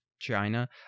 China